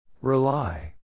Rely